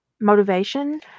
motivation